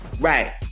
Right